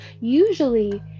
usually